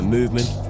movement